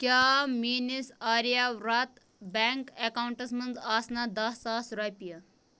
کیٛاہ میٛٲنِس آریا ورٛت بیٚنٛک اَکاونٹَس منٛز آسنہٕ دَہ ساس رۄپیہِ